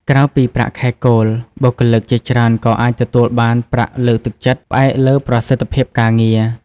ក្រៅពីប្រាក់ខែគោល បុគ្គលិកជាច្រើនក៏អាចទទួលបានប្រាក់លើកទឹកចិត្ត ផ្អែកលើប្រសិទ្ធភាពការងារ។